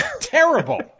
terrible